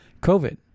COVID